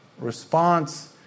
response